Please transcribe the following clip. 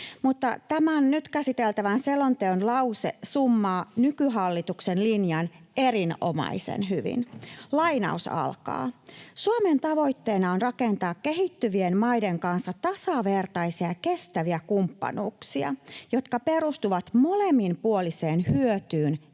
Tämän nyt käsiteltävän selonteon lause summaa nykyhallituksen linjan erinomaisen hyvin: ”Suomen tavoitteena on rakentaa kehittyvien maiden kanssa tasavertaisia ja kestäviä kumppanuuksia, jotka perustuvat molemminpuoliseen hyötyyn